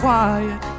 quiet